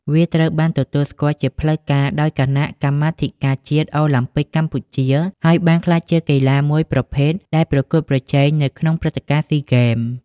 វាត្រូវបានទទួលស្គាល់ជាផ្លូវការដោយគណៈកម្មាធិការជាតិអូឡាំពិកកម្ពុជា ហើយបានក្លាយជាកីឡាមួយប្រភេទដែលប្រកួតប្រជែងនៅក្នុងព្រឹត្តិការណ៍ស៊ីហ្គេម។